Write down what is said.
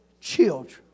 children